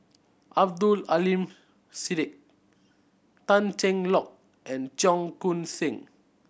Abdul Aleem Siddique Tan Cheng Lock and Cheong Koon Seng